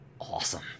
awesome